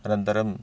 अनन्तरम्